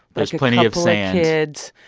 there's plenty of sand. kids.